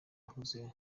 ahuze